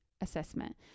assessment